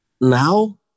now